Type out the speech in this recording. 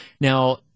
Now